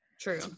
true